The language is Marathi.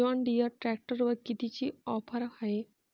जॉनडीयर ट्रॅक्टरवर कितीची ऑफर हाये?